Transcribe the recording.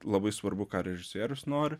labai svarbu ką režisierius nori